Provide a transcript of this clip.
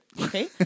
Okay